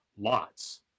Lots